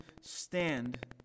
stand